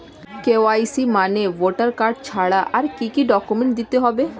KYC মানে voter card ছাড়া আর কি কি ডকুমেন্ট দিতে হবে?